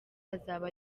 azaba